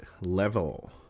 level